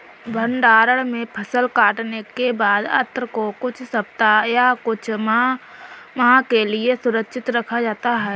भण्डारण में फसल कटने के बाद अन्न को कुछ सप्ताह या कुछ माह के लिये सुरक्षित रखा जाता है